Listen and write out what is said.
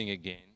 again